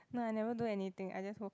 no I never do anything I just woke